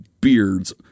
beards